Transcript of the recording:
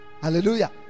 Hallelujah